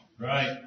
Right